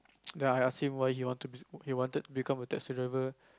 ya ya seem what he wanted he wanted to become a taxi driver